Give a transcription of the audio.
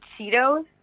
Cheetos